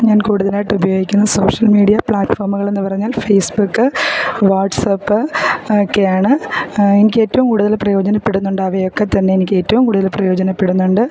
ഞാൻ കൂടുതലായിട്ട് ഉപയോഗിക്കുന്ന സോഷ്യൽ മീഡിയ പ്ലാറ്റ്ഫോമുകളെന്ന് പറഞ്ഞാൽ ഫേസ്ബുക്ക് വാട്ട്സാപ്പ് ഒക്കെയാണ് എനിക്ക് ഏറ്റവും കൂടുതൽ പ്രയോജനപ്പെടുന്നുണ്ട് അവയൊക്കെത്തന്നെ എനിക്ക് ഏറ്റവും കൂടുതൽ പ്രയോജനപ്പെടുന്നുണ്ട്